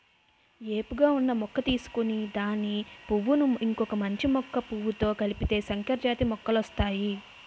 ఏపుగా ఉన్న మొక్క తీసుకొని దాని పువ్వును ఇంకొక మంచి మొక్క పువ్వుతో కలిపితే సంకరజాతి మొక్కలొస్తాయి